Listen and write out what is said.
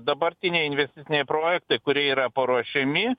dabartiniai investiciniai projektai kurie yra paruošiami